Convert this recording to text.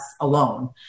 alone